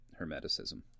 Hermeticism